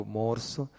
morso